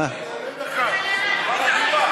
אה, אה, משיב.